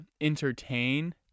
entertain